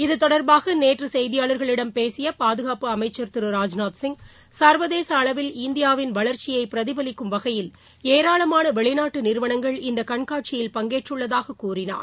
இத்தொடர்பாக நேற்று செய்தியாளர்களிடம் பேசிய பாதுகாப்பு அமைச்சர் திரு ராஜ்நாத்சிங் சர்வதேச அளவில் இந்தியாவின் வளர்ச்சியை பிரதிபலிக்கும் வகையில் ஏராளமான வெளிநாட்டு நிறுவனங்கள் இந்தக் கண்காட்சியில் பங்கேற்றுள்ளதாகக் கூறினார்